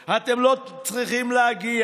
אתם לא צריכים להיות, אתם לא צריכים להגיע.